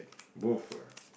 both lah